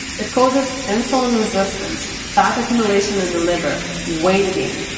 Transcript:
it causes insulin resistance, fat accumulation in the liver, weight gain,